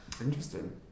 Interesting